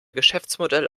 geschäftsmodell